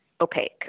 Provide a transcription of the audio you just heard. opaque